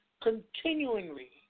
continually